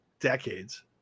decades